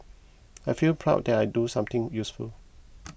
I feel proud that I do something useful